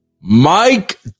Mike